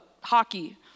hockey